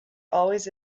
always